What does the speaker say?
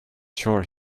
sure